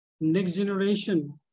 next-generation